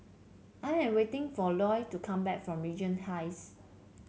I am waiting for Lloyd to come back from Regent Heights